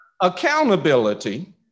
accountability